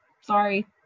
sorry